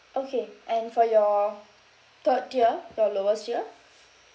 okay and for your third tier the lowest tier